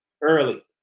early